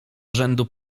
rzędu